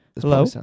Hello